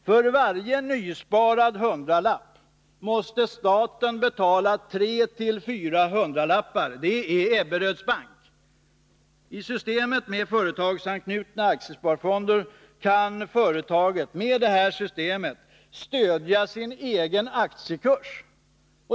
För varje nysparad hundralapp måste staten betala 34 hundralappar. Det är Ebberöds bank! I systemet med företagsanknutna aktiesparfonder kan företaget stödja sin egen aktiekurs.